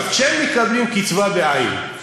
כשהם מקבלים קצבה בעין,